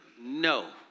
no